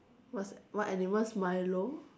what's what animal is Milo